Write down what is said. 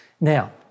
Now